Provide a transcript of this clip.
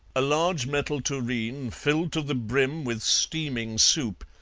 a large metal tureen, filled to the brim with steaming soup,